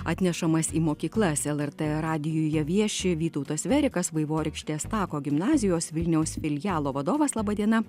atnešamas į mokyklas lrt radijuje vieši vytautas verikas vaivorykštės tako gimnazijos vilniaus filialo vadovas laba diena